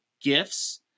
gifts